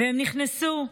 והם נכנסו.